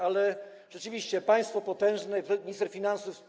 Ale rzeczywiście państwo potężne, minister finansów.